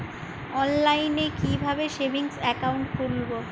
অনলাইনে কিভাবে savings account খুলবো?